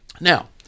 Now